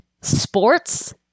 sports